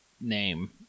name